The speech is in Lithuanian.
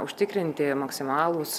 užtikrinti maksimalūs